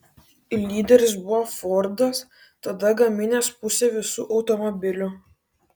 lyderis buvo fordas tada gaminęs pusę visų automobilių